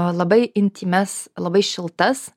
labai intymias labai šiltas